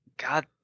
God